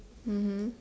mmhmm